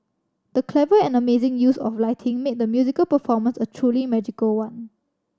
the clever and amazing use of lighting made the musical performance a truly magical one